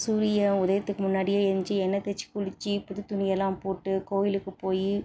சூரிய உதயத்துக்கு முன்னாடி எழுஞ்சி எண்ணெய் தேய்ச்சி குளித்து புது துணியெல்லாம் போட்டு கோவிலுக்கு போய்